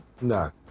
No